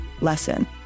lesson